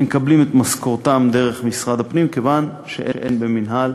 הם מקבלים את משכורתם דרך משרד הפנים כיוון שאין במינהל